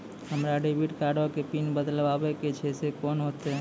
हमरा debit card के PIN बदलबावै के छैं से कौन होतै?